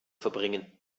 verbringen